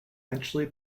eventually